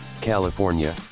California